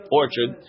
orchard